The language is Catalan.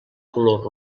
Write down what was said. color